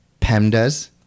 PEMDAs